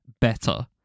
better